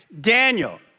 Daniel